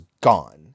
gone